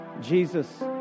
Jesus